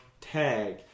tag